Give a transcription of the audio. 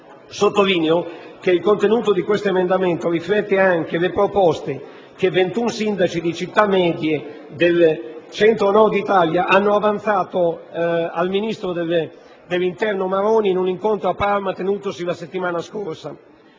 Sottolineo che il contenuto di questi emendamenti riflettono anche le proposte che 21 sindaci di città medie del Centro-Nord d'Italia hanno avanzato al ministro dell'interno Maroni in un incontro a Parma tenutosi la settimana scorsa.